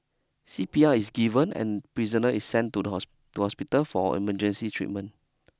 C P R is given and prisoner is sent to the house to hospital for emergency treatment